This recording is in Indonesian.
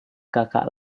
kakak